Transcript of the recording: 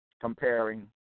comparing